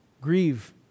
grieve